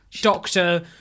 doctor